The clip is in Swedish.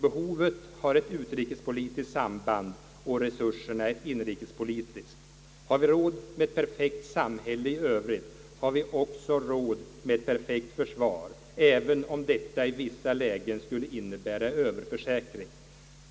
Behovet har ett utrikespolitiskt samband, resurserna ett inrikespolitiskt. Har vi råd med ett perfekt samhälle i övrigt så har vi också råd med ett perfekt försvar även om detta i vissa lägen skulle innebära en överförsäkring.